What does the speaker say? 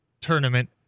Tournament